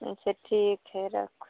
अच्छे ठीक छै राखू